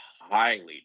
highly